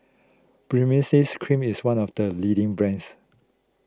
Baritex Cream is one of the leading brands